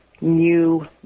new